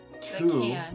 two